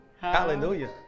hallelujah